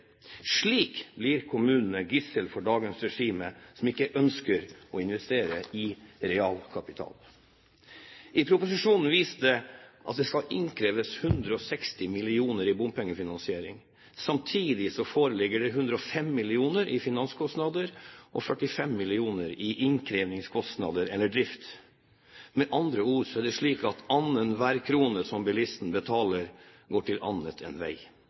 Slik blir kommunene gissel for dagens regime, som ikke ønsker å investere i realkapital. I proposisjonen vises det til at det skal innkreves 160 mill. kr i bompengefinansiering. Samtidig foreligger det 105 mill. kr i finanskostnader og 45 mill. kr i innkrevingskostnader eller drift. Med andre ord er det slik at annenhver krone som bilisten betaler, går til annet enn vei.